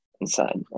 inside